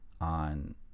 on